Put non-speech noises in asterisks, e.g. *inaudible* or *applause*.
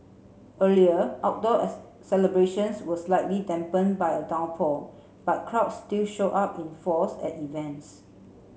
earlier outdoor *unintelligible* celebrations were slightly dampened by a downpour but crowds still showed up in force at events